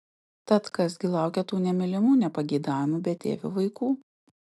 tad kas gi laukia tų nemylimų nepageidaujamų betėvių vaikų